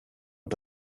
und